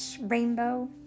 rainbow